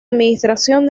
administración